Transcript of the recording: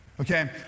Okay